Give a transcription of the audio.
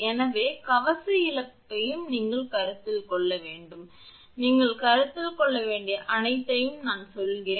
எனவே கவச இழப்பையும் நீங்கள் கருத்தில் கொள்ள வேண்டும் நீங்கள் கருத்தில் கொள்ள வேண்டிய அனைத்தையும் நான் சொல்கிறேன்